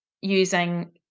using